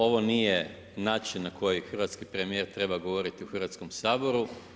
Ovo nije način na koji hrvatski premijer treba govoriti u Hrvatskom saboru.